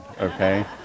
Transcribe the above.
okay